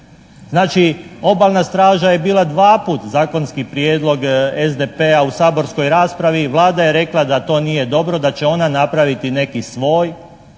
Znači obalna straža je bila dvaput zakonski prijedlog SDP-a u saborskoj raspravi, Vlada je rekla da to nije dobro, da će ona napraviti neki svoj,